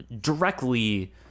directly